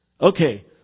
Okay